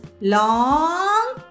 long